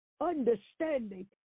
understanding